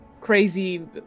crazy